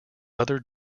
other